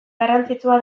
garrantzitsua